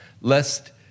lest